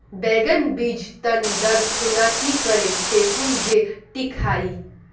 बैगन बीज टन दर खुना की करे फेकुम जे टिक हाई?